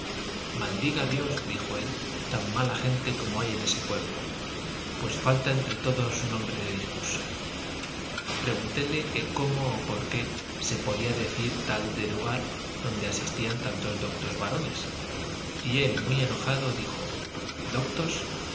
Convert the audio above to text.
maldiga dios dijo él tan mala gente como hay en ese pueblo pues falta entre todos un hombre de discurso preguntéle que cómo o por qué se podía decir tal de lugar donde asistían tantos doctos varones y él muy enojado dijo doctos